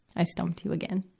i stumped you again.